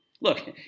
Look